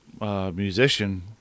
musician